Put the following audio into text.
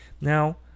Now